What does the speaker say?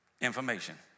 information